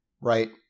right